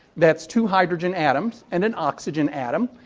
that's two hydrogen atoms and an oxygen atom.